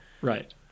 Right